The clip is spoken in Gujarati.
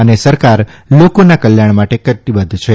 અને સરકાર લોકોનાકલ્યાણ માટે કટિબદ્ધ છે